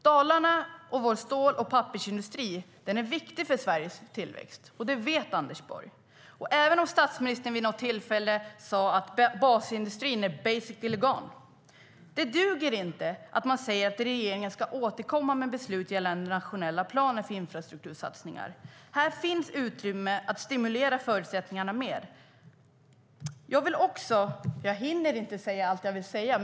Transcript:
Dalarnas stål och pappersindustri är viktig för Sveriges tillväxt, och det vet Anders Borg, även om statsministern vid något tillfälle sade att basindustrin är basically gone. Det duger inte att man säger att regeringen ska återkomma med beslut gällande den nationella planen för infrastruktursatsningar. Här finns utrymme att stimulera förutsättningarna mer. Jag hinner inte säga allt jag vill säga.